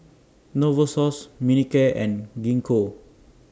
Novosource Manicare and Gingko